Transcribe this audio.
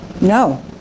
No